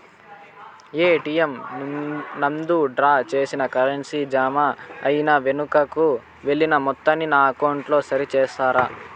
ATM నందు draw చేసిన currency జామ అయి వెనుకకు వెళ్లిన మొత్తాన్ని నా అకౌంట్ లో సరి చేస్తారా?